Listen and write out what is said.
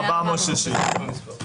מ-462,000.